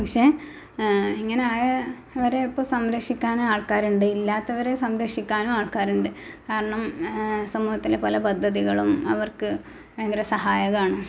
പക്ഷേ ഇങ്ങനെ ആയ വരെ ഇപ്പം സംരക്ഷിക്കാൻ ആൾക്കാരുണ്ട് ഇല്ലാത്തവരെ സംരഷിക്കാനും ആൾക്കാരുണ്ട് കാരണം സമുഹത്തിലെ പല പദ്ധതികളും അവർക്ക് ഭയങ്കര സഹായകമാണ്